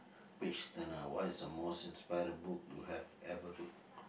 page turner what is the most inspired book you have ever read